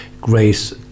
Grace